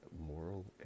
moral